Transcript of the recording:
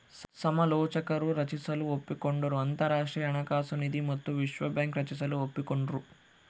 ಸಮಾಲೋಚಕರು ರಚಿಸಲು ಒಪ್ಪಿಕೊಂಡರು ಅಂತರಾಷ್ಟ್ರೀಯ ಹಣಕಾಸು ನಿಧಿ ಮತ್ತು ವಿಶ್ವ ಬ್ಯಾಂಕ್ ರಚಿಸಲು ಒಪ್ಪಿಕೊಂಡ್ರು